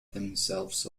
themselves